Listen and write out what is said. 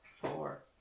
Four